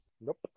Nope